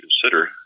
consider